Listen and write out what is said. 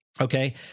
okay